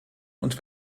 und